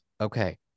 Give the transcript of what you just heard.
okay